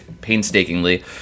painstakingly